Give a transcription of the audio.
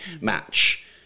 match